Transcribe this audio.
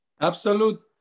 Absolute